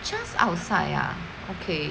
just outside ah okay